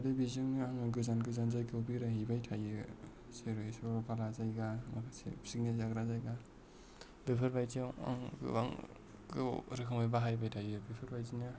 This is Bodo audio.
बे बेजोंनो आङो गोजान गोजान जायगायाव बेरायहैबाय थायो जेरै सरलफारा जायगा मोनसे पिकनिक जाग्रा जायगा बेफोरबादियाव आं गोबां गोबाव रोखोमै बाहायबाय थायो बेफोरबादिनो गोबां